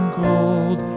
gold